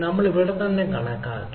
നമ്മൾ ഇവിടെത്തന്നെ കണക്കാക്കി